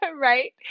right